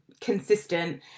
consistent